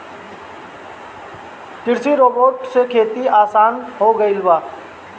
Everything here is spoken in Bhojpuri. कृषि रोबोट से खेती आसान हो गइल बा